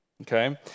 Okay